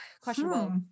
Questionable